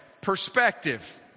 perspective